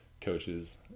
coaches